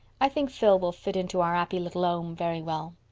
i think phil will fit into our appy little ome very well.